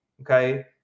Okay